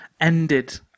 ended